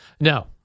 No